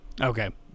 Okay